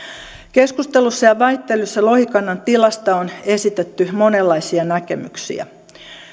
keskustelussa ja väittelyssä lohikannan tilasta on esitetty monenlaisia näkemyksiä